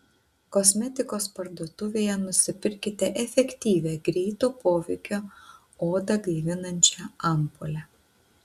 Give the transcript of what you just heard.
kosmetikos parduotuvėje nusipirkite efektyvią greito poveikio odą gaivinančią ampulę